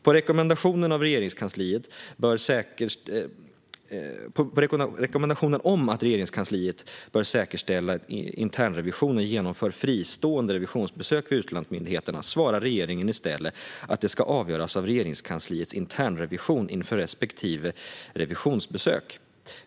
På rekommendationen om att Regeringskansliet bör säkerställa att internrevisionen genomför fristående revisionsbesök vid utlandsmyndigheterna svarar regeringen i stället att det ska avgöras av Regeringskansliets internrevision inför respektive revisionsbesök.